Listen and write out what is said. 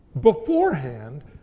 Beforehand